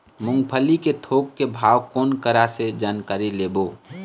मूंगफली के थोक के भाव कोन करा से जानकारी लेबो?